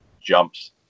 jumps